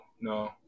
no